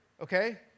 okay